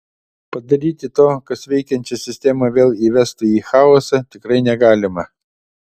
padaryti to kas veikiančią sistemą vėl įvestų į chaosą tikrai negalima